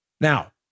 Now